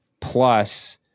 plus